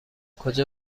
کجا